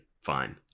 fine